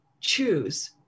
choose